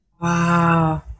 Wow